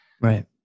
Right